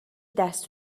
دست